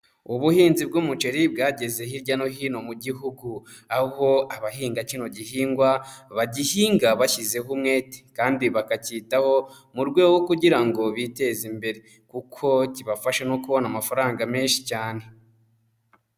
Ubuhinzi bw'umuceri bwageze hirya no hino mu gihugu, aho abahinga kino gihingwa, bagihinga bashyizeho umwete kandi bakacyitaho mu rwego rwo kugira ngo biteze imbere kuko kibafasha no kubona amafaranga menshi cyane.